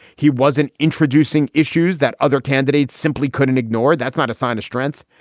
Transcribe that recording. he wasn't introducing issues that other candidates simply couldn't ignore. that's not a sign of strength.